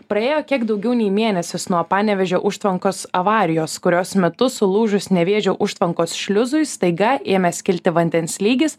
praėjo kiek daugiau nei mėnesis nuo panevėžio užtvankos avarijos kurios metu sulūžus nevėžio užtvankos šliuzui staiga ėmęs kilti vandens lygis